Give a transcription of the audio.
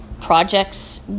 projects